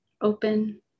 open